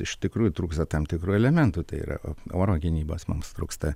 iš tikrųjų trūksta tam tikrų elementų tai yra oro gynybos mums trūksta